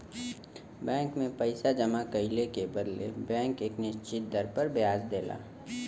bank में पइसा जमा कइले के बदले बैंक एक निश्चित दर पर ब्याज देला